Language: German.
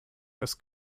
dass